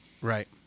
Right